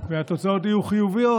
והתוצאות היו חיוביות,